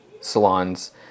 salons